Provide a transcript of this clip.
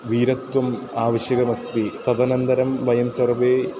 वीरत्वम् आवश्यकमस्ति तदनन्दरं वयं सर्वे